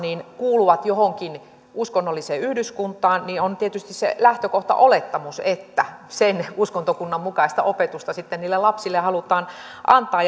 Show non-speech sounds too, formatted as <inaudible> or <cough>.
kuuluvat johonkin uskonnolliseen yhdyskuntaan niin on tietysti se lähtökohtaolettamus että sen uskontokunnan mukaista opetusta sitten niille lapsille halutaan antaa <unintelligible>